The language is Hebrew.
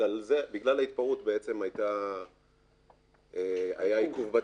ובגלל ההתפרעות היה עיכוב בטיסה.